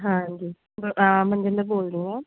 ਹਾਂਜੀ ਮਨਜਿੰਦਰ ਬੋਲਦੀ ਹਾਂ